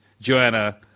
Joanna